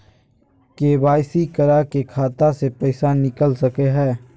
KYC करा के खाता से पैसा निकल सके हय?